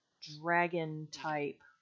dragon-type